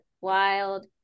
Wild